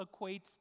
equates